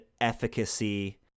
efficacy